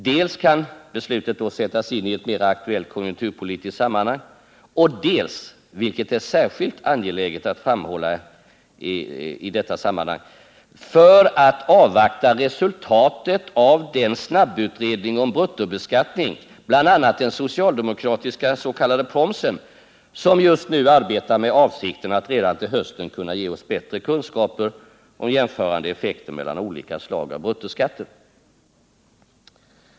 Dels kan beslutet då sättas in i ett mera aktuellt konjunkturpolitiskt sammanhang, dels — vilket är särskilt angeläget att framhålla — kan man avvakta resultatet av den snabbutredning om bruttobeskattning, bl.a. den socialdemokratiska s.k. promsen, som just nu arbetar med avsikten att redan till hösten kunna ge oss bättre kunskaper om effekter vid olika slag av bruttoskatter.